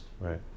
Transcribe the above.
Right